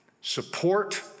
support